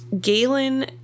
Galen